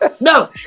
No